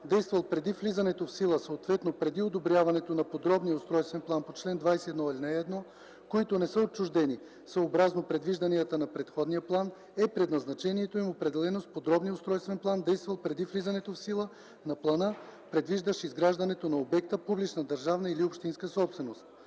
действал преди влизането в сила, съответно преди одобряването на подробния устройствен план по чл. 21, ал. 1, които не са отчуждени съобразно предвижданията на предходния план, е предназначението им, определено с подробния устройствен план, действал преди влизането в сила на плана, предвиждащ изграждането на обекти – публична държавна или публична общинска собственост.